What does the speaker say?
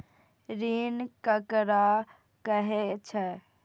ऋण ककरा कहे छै?